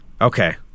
okay